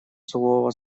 сухого